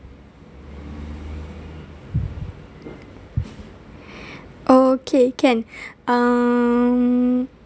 okay can um